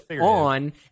on